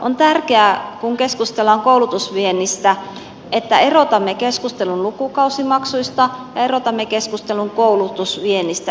on tärkeää kun keskustellaan koulutusviennistä että erotamme keskustelun lukukausimaksuista ja erotamme keskustelun koulutusviennistä